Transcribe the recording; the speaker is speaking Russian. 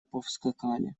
повскакали